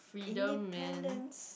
independence